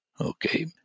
Okay